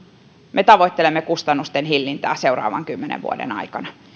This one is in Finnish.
me tavoittelemme kustannusten hillintää seuraavan kymmenen vuoden aikana